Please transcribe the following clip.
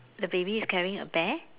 the baby is carrying a bear